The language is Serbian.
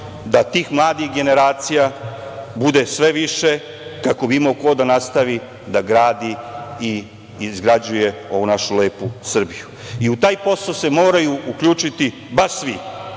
da tih mladih generacija bude sve više, kako bi imao ko da nastavi da gradi i izgrađuje ovu našu lepu Srbiju.U taj posao se moraju uključiti baš svi,